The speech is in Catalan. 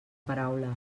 paraula